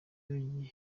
gihembo